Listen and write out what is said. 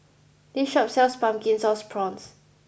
this shop sells Pumpkin Sauce Prawns